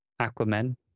Aquaman